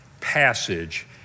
passage